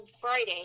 Friday